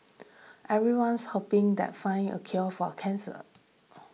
everyone's hoping that find a cure for a cancer